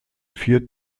vier